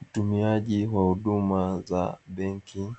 Mtumiaji wa huduma za benki